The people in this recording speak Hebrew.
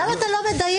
למה אתה לא מדייק?